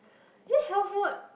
actually health food